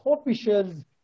officials